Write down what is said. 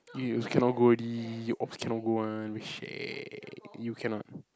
you cannot go already you ops cannot go one you cannot